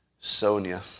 Sonia